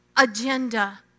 Agenda